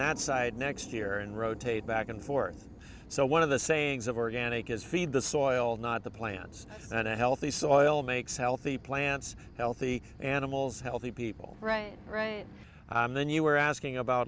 that side next year and rotate back and forth so one of the sayings of organic is feed the soil not the plants that a healthy soil makes healthy plants healthy animals healthy people right right then you are asking about